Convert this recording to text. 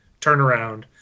turnaround